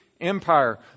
empire